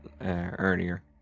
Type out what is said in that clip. earlier